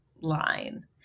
line